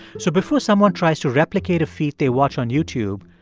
so before someone tries to replicate a feat they watch on youtube,